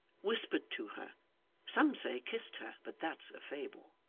whispered to her some say kissed her, but that's a fable.